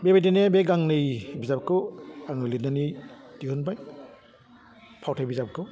बेबायदिनो बे गांनै बिजाबखौ आङो लिरनानै दिहुनबाय फावथाय बिजाबखौ